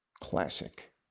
classic